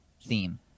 theme